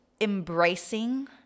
embracing